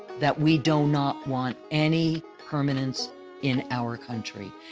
that we do not want any permanence in our country.